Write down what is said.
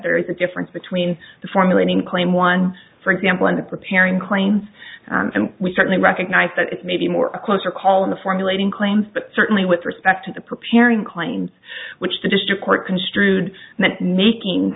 there is a difference between the formulating claim one for example and the preparing claims and we certainly recognize that it may be more a closer call in the formulating claims but certainly with respect to the preparing claims which the district court construed